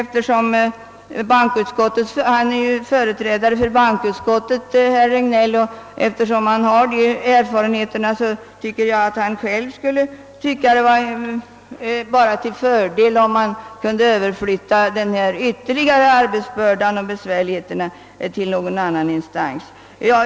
Herr Regnéll tillhör ju bankoutskottet, och eftersom han har dessa erfarenheter borde han väl tycka att det bara vore till fördel, om man kunde överflytta denna ytterligare arbetsbörda med åtföljande besvärligheter till någon annan instans.